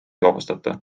vabastata